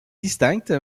distincte